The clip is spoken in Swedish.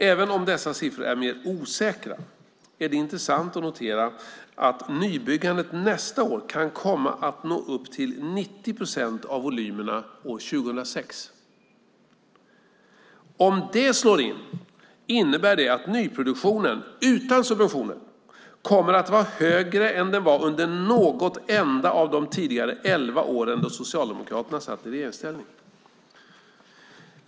Även om dessa siffror är mer osäkra är det intressant att notera att nybyggandet nästa år kan komma att nå upp till 90 procent av volymerna år 2006. Om det slår in innebär det att nyproduktionen, utan subventioner, kommer att vara högre än den var under något enda av de tidigare elva åren då Socialdemokraterna satt i regeringsställning.